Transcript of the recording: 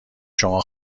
شما